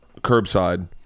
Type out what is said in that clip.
curbside